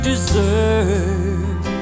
deserve